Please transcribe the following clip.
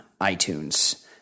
iTunes